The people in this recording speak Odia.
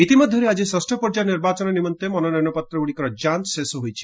ଇତିମଧ୍ୟରେ ଆକି ଷଷ୍ଠ ପର୍ଯ୍ୟାୟ ନିର୍ବାଚନ ନିମନ୍ତେ ମନୋନୟନ ପତ୍ରଗୁଡିକର ଯାଞ୍ଚ୍ ଶେଷ ହୋଇଛି